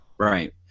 Right